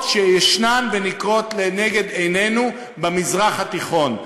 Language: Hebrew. שישנן ונקרות לנגד עינינו במזרח התיכון,